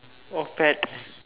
oh fat